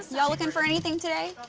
y'all looking for anything today?